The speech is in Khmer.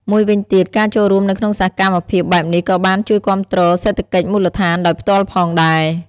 មួយវិញទៀត ការចូលរួមនៅក្នុងសកម្មភាពបែបនេះក៏បាន ជួយគាំទ្រសេដ្ឋកិច្ចមូលដ្ឋាន ដោយផ្ទាល់ផងដែរ។